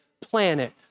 planet